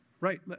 right